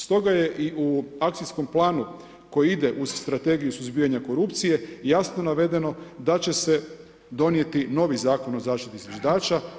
Stoga je i u akcijskom planu koji ide uz Strategiju suzbijanja korupcije jasno navedeno da će se donijeti novi Zakon o zaštiti zviždača.